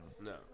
no